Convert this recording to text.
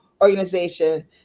organization